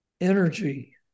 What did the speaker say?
energy